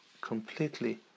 completely